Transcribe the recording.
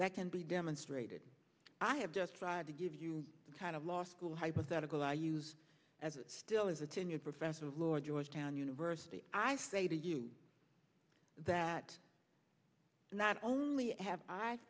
that can be demonstrated i have just tried to give you the kind of law school hypothetical i use as it still is a tenured professor lord georgetown university i say to you that not only have i